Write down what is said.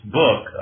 book